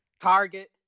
Target